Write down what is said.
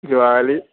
Thiruvali